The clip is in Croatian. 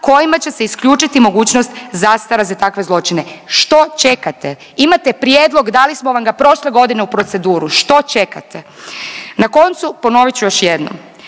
kojima će se isključiti mogućnost zastara za takve zločine. Što čekate? Imate prijedlog, dali smo vam ga prošle godine u proceduru, što čekate? Na koncu ponovit ću još jednom